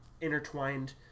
intertwined